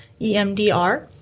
EMDR